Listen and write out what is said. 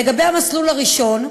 לגבי המסלול הראשון,